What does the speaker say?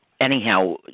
anyhow